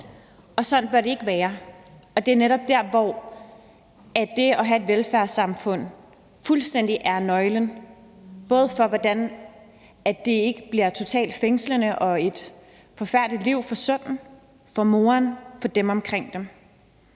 Sådan bør det ikke være, og det er netop der, hvor det at have et velfærdssamfund fuldstændig er nøglen, i forhold til at det ikke bliver totalt som et fængsel for dem og et forfærdeligt liv for sønnen, for moderen og for dem omkring dem.